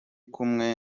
kumwe